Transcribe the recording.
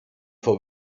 for